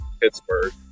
Pittsburgh